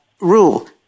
rule